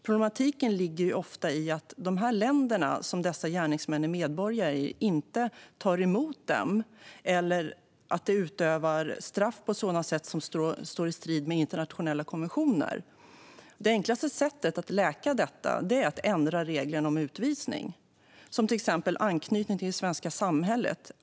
Problematiken ligger ofta i att de länder som dessa gärningsmän är medborgare i inte tar emot dem eller att de utövar straff på sådana sätt som står i strid med internationella konventioner. Det enklaste sättet att läka detta är att ändra reglerna om utvisning. Ta till exempel anknytning till det svenska samhället.